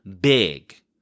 big